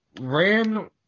ran